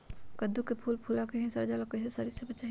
कददु के फूल फुला के ही सर जाला कइसे सरी से बचाई?